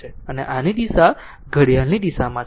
આ દિશા ઘડિયાળની દિશામાં છે